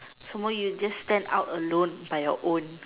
so more you just stand out alone by your own